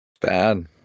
bad